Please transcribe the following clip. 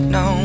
no